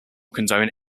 condone